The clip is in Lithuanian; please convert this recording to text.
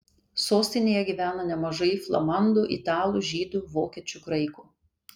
sostinėje gyvena nemažai flamandų italų žydų vokiečių graikų